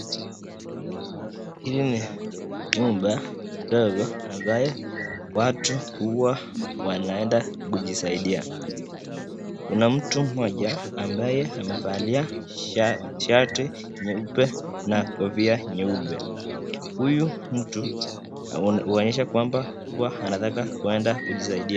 Hili ni jumba ndogo ambaye watu huwa wanajisaidia. Kuna mtu moja ambaye amevalia shati nyeupe na kofia nyeupe, huyu mtu uonyesha kwamba huwa anataka kuenda kujisaidia.